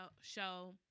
show